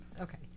okay